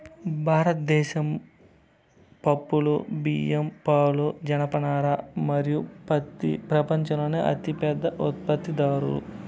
భారతదేశం పప్పులు, బియ్యం, పాలు, జనపనార మరియు పత్తి ప్రపంచంలోనే అతిపెద్ద ఉత్పత్తిదారు